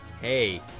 hey